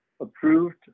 approved